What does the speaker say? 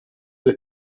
they